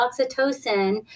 oxytocin